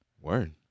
Word